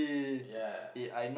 yeah